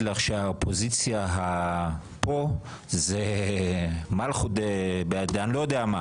לך שהאופוזיציה פה זה מלכות אני לא יודע מה,